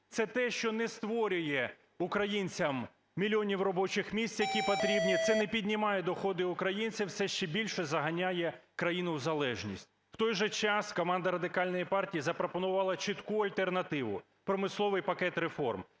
це те, що не створює українцям мільйонів робочих місць, які потрібні, це не піднімає доходи українцям, це ще більше заганяє країну в залежність. В той же час команда Радикальної партії запропонувала чітку альтернативу – промисловий пакет реформ: